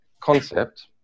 concept